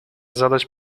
zadać